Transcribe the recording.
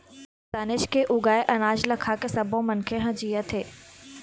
किसानेच के उगाए अनाज ल खाके सब्बो मनखे ह जियत हे